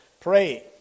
Pray